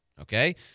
okay